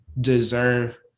deserve